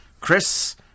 Chris